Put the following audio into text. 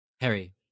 Harry